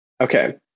okay